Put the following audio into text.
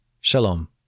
shalom